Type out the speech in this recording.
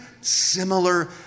similar